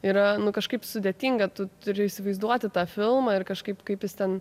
yra nu kažkaip sudėtinga tu turi įsivaizduoti tą filmą ir kažkaip kaip jis ten